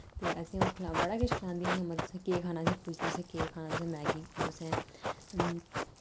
ते असें ओह् खला बड़ा किश खलांदियां हियां मतलब तुसें केह् खाना असें पुछना तुसें केह् खाना तुसें मैग्गी तुसें